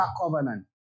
covenant